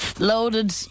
loaded